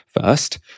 First